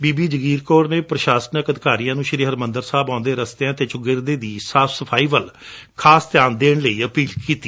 ਬੀਬੀ ਜਗੀਰ ਕੌਰ ਨੇ ਪ੍ਰਸ਼ਾਸਨਕ ਅਧਿਕਾਰੀਆਂ ਨੂੰ ਸ੍ਰੀ ਹਰਿਮੰਦਰ ਸਾਹਿਬ ਆਉਂਦੇ ਰਸਤਿਆਂ ਅਤੇ ਚੌਗਿਰਦੇ ਦੀ ਸਾਫ਼ ਸਫ਼ਾਈ ਵੱਲ ਖਾਸ ਧਿਆਨ ਦੇਣ ਲਈ ਵੀ ਕਿਹਾ